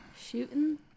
Shooting